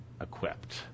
equipped